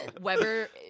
Weber